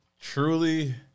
Truly